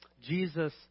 Jesus